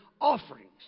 offerings